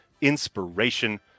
inspiration